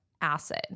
acid